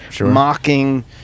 mocking